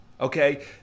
okay